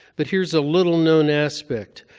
but here's a little-known aspect.